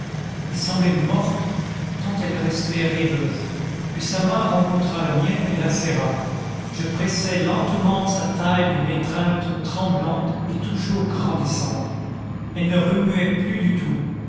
elle semblait morte tant elle restait rêveuse puis sa main rencontra la mienne et la serra je pressai lentement sa taille d'une étreinte tremblante et toujours grandissante elle ne remuait plus du tout